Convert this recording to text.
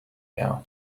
now